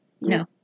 No